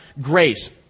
grace